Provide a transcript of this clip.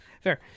Fair